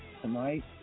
tonight